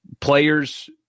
players